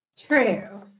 True